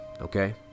Okay